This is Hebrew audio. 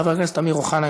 חבר הכנסת אמיר אוחנה,